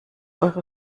eure